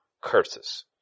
curses